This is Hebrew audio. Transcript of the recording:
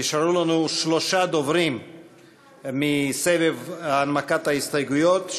נשארו לנו שלושה דוברים מסבב הנמקת ההסתייגויות,